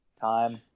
Time